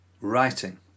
Writing